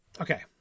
okay